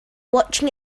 watching